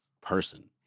person